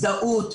הזדהות,